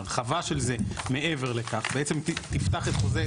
הרחבה של זה מעבר לכך בעצם תפתח את חוזה,